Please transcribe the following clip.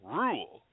rule